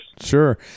Sure